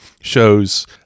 shows